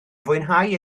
fwynhau